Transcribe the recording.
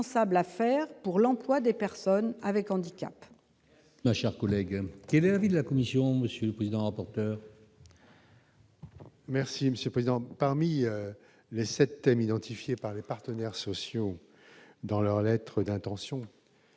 à faire pour l'emploi des personnes avec handicap. Nos chers collègues Thierry de la Commission, monsieur le président, emporte. Merci Monsieur Président parmi les 7 thèmes identifiés par les partenaires sociaux dans leur lettre d'intention